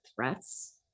threats